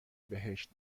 بهشت